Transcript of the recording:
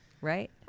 Right